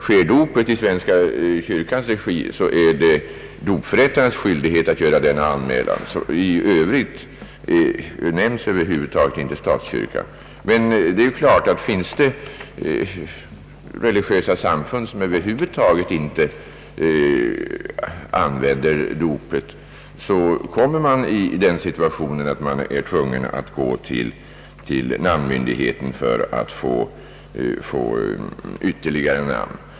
Sker dopet i svenska kyrkans regi, är dopförrättaren skyldig att göra denna anmälan. I övrigt nämns över huvud taget inte statskyrkan. När det gäller religiösa samfund där barndop över huvud taget inte förekommer är man däremot tvungen att gå till namnmyndigheten för att få ytterligare namn.